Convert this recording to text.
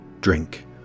drink